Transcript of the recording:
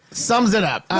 sums it up,